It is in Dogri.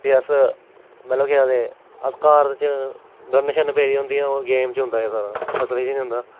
फ्ही अस मतलब केह् आखदे अस कार च गन छन पेदियां होंदियां होर गेम च होंदा ऐ सारा किश असली च नी होंदा